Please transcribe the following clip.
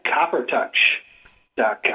Coppertouch.com